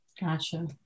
Gotcha